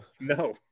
No